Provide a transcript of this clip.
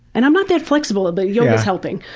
and i'm not that flexible but yoga is helping.